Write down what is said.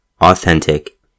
authentic